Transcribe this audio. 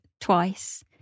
twice